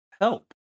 help